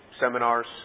seminars